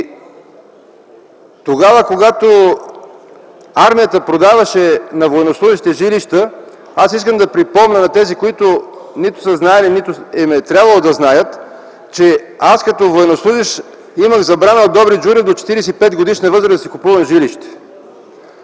тогава когато армията продаваше на военнослужещите жилища, аз искам да припомня на тези, които нито са знаели, нито им е трябвало да знаят, че аз като военнослужещ имах забрана от Добри Джуров до 45-годишна възраст да си купувам жилище.